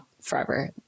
forever